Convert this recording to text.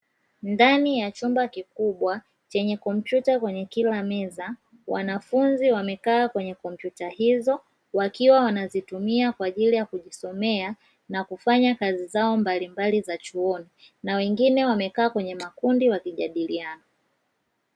Ndani ya chumba kikubwa chenye kumpyuta kwenye kila meza. Wanafunzi wamekaa kwenye kompyuta hizo wakiwa wanazitumia kwa ajili ya kujisomea na kufanya kazi zao mbalimbali za chuoni na wengine wamekaa kwenye makundi wakijadiliana.